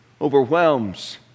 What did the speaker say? overwhelms